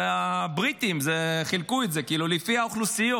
הבריטים חילקו את זה לפי האוכלוסיות.